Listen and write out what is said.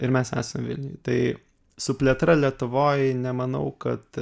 ir mes esam vilniuj tai su plėtra lietuvoj nemanau kad